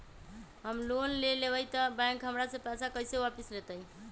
हम लोन लेलेबाई तब बैंक हमरा से पैसा कइसे वापिस लेतई?